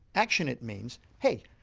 action it means hey,